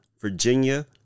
Virginia